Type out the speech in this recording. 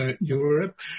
Europe